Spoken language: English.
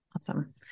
Awesome